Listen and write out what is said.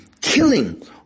killing